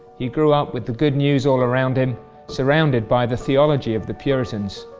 he grew up with the good news all around him surrounded by the theology of the puritans.